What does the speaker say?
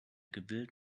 gewillt